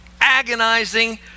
agonizing